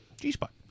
G-spot